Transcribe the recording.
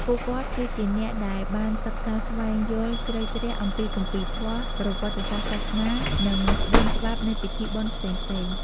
ពួកគាត់គឺជាអ្នកដែលបានសិក្សាស្វែងយល់ជ្រៅជ្រះអំពីគម្ពីរធម៌ ប្រវត្តិសាស្ត្រសាសនា និងក្បួនច្បាប់នៃពិធីបុណ្យផ្សេងៗ។